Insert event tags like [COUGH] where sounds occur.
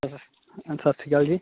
[UNINTELLIGIBLE] ਸਤਿ ਸ਼੍ਰੀ ਅਕਾਲ ਜੀ